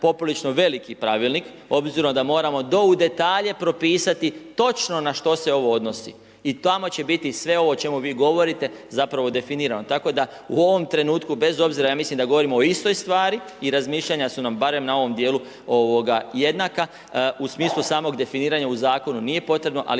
poprilično jedan veliki pravilnik obzirom da moramo do u detalje propisati točno na što se ovo odnosi i tamo će biti sve ovo o čemu vi govorite, zapravo definirano. Tako da u ovom trenutku bez obzira, ja mislim da govorimo o istoj stvari i razmišljanja su nam barem na ovom dijelu jednaka u smislu samog definiranja u zakonu nije potrebno ali